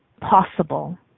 possible